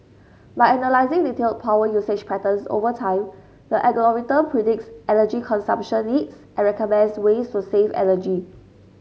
by analysing detailed power usage patterns over time the algorithm predicts energy consumption needs and recommends ways to save energy